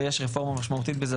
ויש רפורמה משמעותית בזה,